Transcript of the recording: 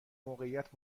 موقعیت